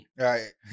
right